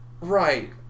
Right